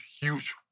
huge